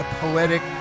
poetic